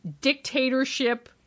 dictatorship